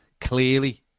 clearly